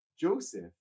Joseph